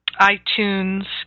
iTunes